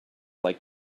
like